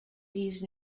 these